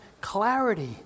clarity